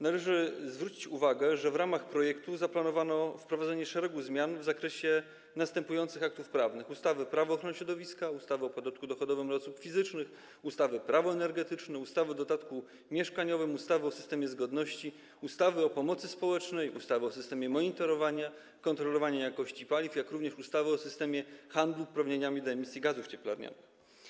Należy zwrócić uwagę, że w ramach projektu zaplanowano wprowadzenie szeregu zmian w zakresie następujących aktów prawnych: ustawy Prawo ochrony środowiska, ustawy o podatku dochodowym od osób fizycznych, ustawy Prawo energetyczne, ustawy o dodatku mieszkaniowym, ustawy o systemie zgodności, ustawy o pomocy społecznej, ustawy o systemie monitorowania i kontrolowania jakości paliw, jak również ustawy o systemie handlu uprawnieniami do emisji gazów cieplarnianych.